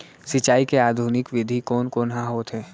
सिंचाई के आधुनिक विधि कोन कोन ह होथे?